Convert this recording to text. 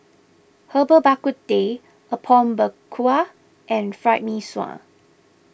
Herbal Bak Ku Teh Apom Berkuah and Fried Mee Sua